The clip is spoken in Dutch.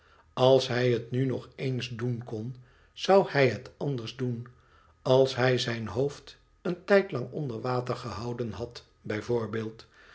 als bij het nu nog eens doen kon zou hij het anders doen als hij zijn hoofd een tijdlang onder water gehouden had